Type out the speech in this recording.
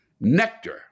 Nectar